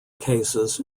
cases